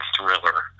Thriller